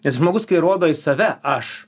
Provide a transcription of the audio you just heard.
nes žmogus kai rodo į save aš